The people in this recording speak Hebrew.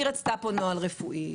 היא רצתה פה נוהל רפואי.